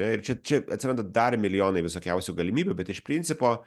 ir čia čia atsiranda dar milijonai visokiausių galimybių bet iš principo